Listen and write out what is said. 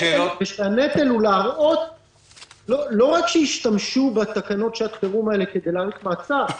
הנטל הוא לראות שלא רק שהשתמשו בתקנות שעת החירום האלה כדי להאריך מעצר,